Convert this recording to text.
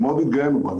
שמאוד התגאינו בה,